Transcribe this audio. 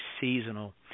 seasonal